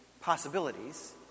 possibilities